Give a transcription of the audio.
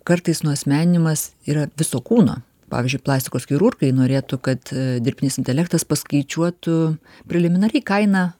kartais nuasmeninimas yra viso kūno pavyzdžiui plastikos chirurgai norėtų kad dirbtinis intelektas paskaičiuotų preliminariai kainą